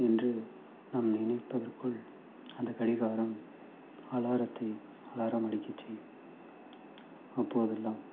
என்று நம் நினைப்பதற்குள் அந்த கடிகாரம் அலாரத்தில் அலாரம் அடிக்கச் செய்யும் அப்போதெல்லாம்